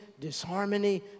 disharmony